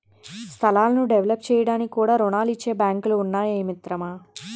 స్థలాలను డెవలప్ చేయడానికి కూడా రుణాలిచ్చే బాంకులు ఉన్నాయి మిత్రమా